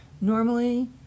Normally